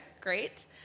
Great